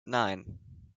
nein